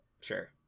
Sure